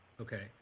Okay